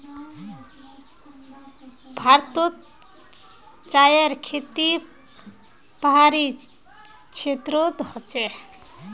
भारतोत चायर खेती पहाड़ी क्षेत्रोत होचे